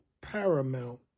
paramount